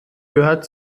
gehört